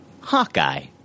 Hawkeye